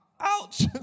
Ouch